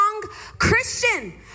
Christian